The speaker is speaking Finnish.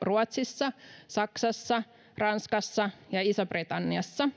ruotsissa saksassa ranskassa ja isossa britanniassa